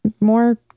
more